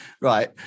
Right